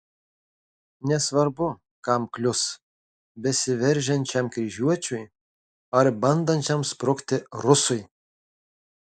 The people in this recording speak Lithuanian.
nesvarbu kam klius besiveržiančiam kryžiuočiui ar bandančiam sprukti rusui